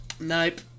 Nope